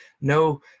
no